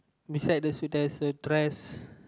beside the suit there's a dress